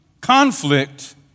conflict